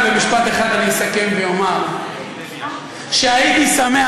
ובמשפט אחד אסכם ואומר שהייתי שמח,